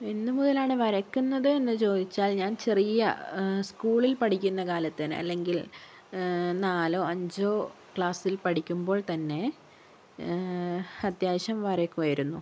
എന്നുമുതലാണ് വരയ്ക്കുന്നത് എന്ന് ചോദിച്ചാൽ ഞാൻ ചെറിയ സ്കൂളിൽ പഠിക്കുന്ന കാലത്ത് തന്നെ അല്ലെങ്കിൽ നാലോ അഞ്ചോ ക്ലാസ്സിൽ പഠിക്കുമ്പോൾ തന്നെ അത്യാവിശ്യം വരയ്കുമായിരുന്നു